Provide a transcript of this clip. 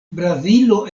brazilo